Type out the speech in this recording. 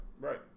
Right